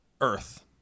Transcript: Earth